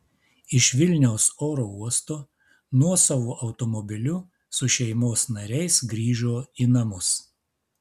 iš vilniaus oro uosto nuosavu automobiliu su šeimos nariais grįžo į namus